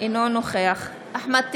אינו נוכח אחמד טיבי,